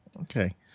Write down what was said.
Okay